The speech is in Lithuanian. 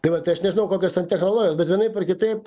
tai va tai aš nežinau kokios ten technologijos bet vienaip ar kitaip